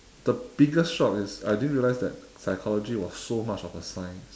the biggest shock is I didn't realize that psychology was so much of a science